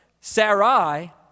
Sarai